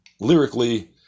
lyrically